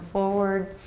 forward,